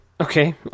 Okay